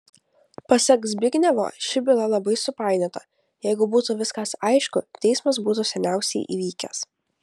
pasak zbignevo ši byla labai supainiota jeigu būtų viskas aišku teismas būtų seniausiai įvykęs